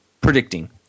predicting